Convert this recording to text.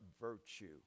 virtue